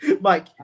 Mike